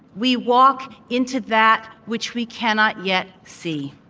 we walk into that which we cannot yet see.